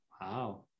Wow